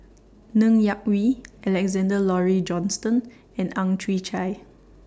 Ng Yak Whee Alexander Laurie Johnston and Ang Chwee Chai